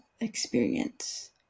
experience